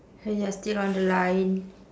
hope you're still on the line